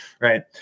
Right